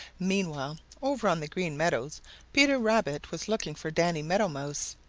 meanwhile over on the green meadows peter rabbit was looking for danny meadow mouse.